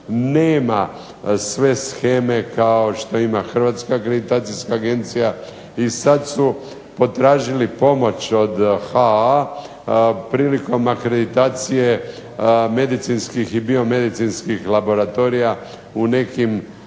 nema sve sheme kao što ima Hrvatska akreditacijska agencija i sad su potražili pomoć od HAA. Prilikom akreditacije medicinskih i biomedicinskih laboratorija u nekim bolnicama